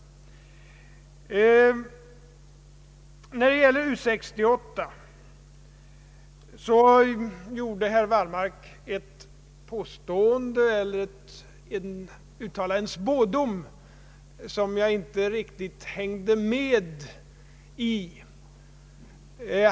Beträffande U 68 uttalade herr Wallmark en spådom som jag inte riktigt hängde med i.